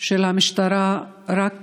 של המשטרה רק